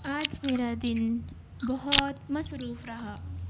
آج میرا دن بہت مصروف رہا